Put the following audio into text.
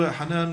(אומר דברים בשפה הערבית להלן התרגום החופשי) ד"ר חנאן